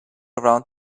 around